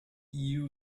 you